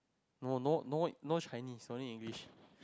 no no no no Chinese only English